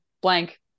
blank